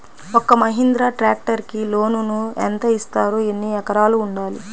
ఒక్క మహీంద్రా ట్రాక్టర్కి లోనును యెంత ఇస్తారు? ఎన్ని ఎకరాలు ఉండాలి?